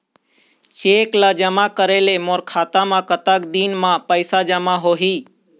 Cheque ला जमा करे ले मोर खाता मा कतक दिन मा पैसा जमा होही?